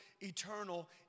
eternal